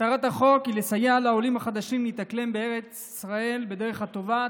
מטרת החוק היא לסייע לעולים החדשים להתאקלם בארץ ישראל בדרך הטובה,